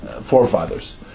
forefathers